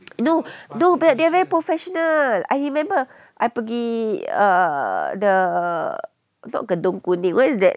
no no but they are very professional I remember I pergi err the not kedung kodek what's that